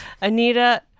Anita